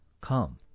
come